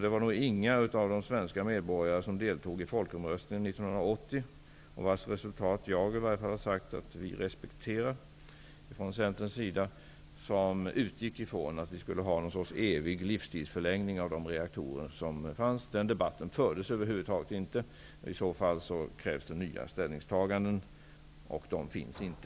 Det var nog inga av de svenska medborgare, som deltog i folkomröstningen 1980 och vars resultat i alla fall jag har sagt att vi från Centerns sida respekterar, som utgick från att vi skulle ha någon sorts evig livstidsförlängning av de reaktorer som fanns. Den debatten fördes över huvud taget inte, därför att i så fall skulle det kräva nya ställningstaganden, och de finns inte.